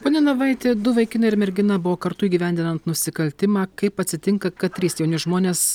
pone navaiti du vaikinai ir mergina buvo kartu įgyvendinant nusikaltimą kaip atsitinka kad trys jauni žmonės